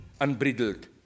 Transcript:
unbridled